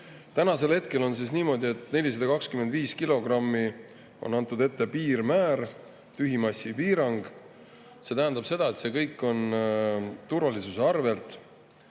Täna on niimoodi, et 425 kilogrammi on ette antud piirmäär, tühimassipiirang. See tähendab seda, et see kõik on turvalisuse arvelt.